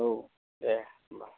औ दे होनबा